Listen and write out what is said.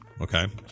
okay